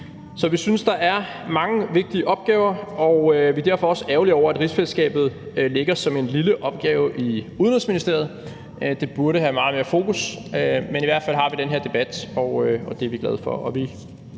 Så vi synes, der er mange vigtige opgaver, og vi er derfor også ærgerlige over, at rigsfællesskabet ligger som en lille opgave i Udenrigsministeriet. Det burde have meget mere fokus, men i hvert fald har vi den her debat, og det er vi glade for, og vi